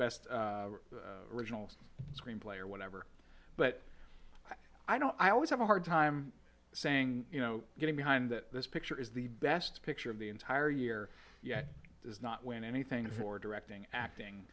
best original screenplay or whatever but i don't i always have a hard time saying you know getting behind that this picture is the best picture of the entire year yet does not win anything for directing acting